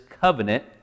covenant